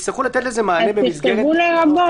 יצטרכו לתת לזה מענה במסגרת --- אז תכתבו "לרבות".